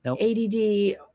ADD